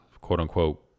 quote-unquote